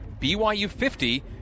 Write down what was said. BYU50